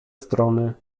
strony